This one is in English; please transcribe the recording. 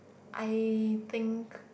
I think